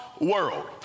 world